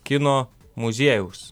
kino muziejaus